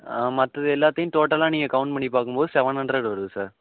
ஆ மற்றது எல்லாத்தையும் டோட்டலாக நீங்கள் கவுண்ட் பண்ணி பார்க்கும்போது சவன் ஹண்ட்ரட் வருது சார்